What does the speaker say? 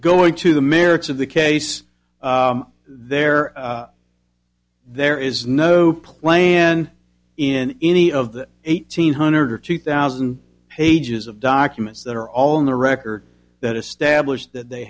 go into the merits of the case there there is no plan in any of the eighteen hundred or two thousand pages of documents that are all in the record that established that they